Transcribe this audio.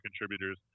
contributors